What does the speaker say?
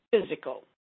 physical